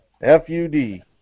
F-U-D